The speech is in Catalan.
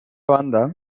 banda